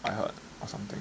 I heard or something